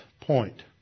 point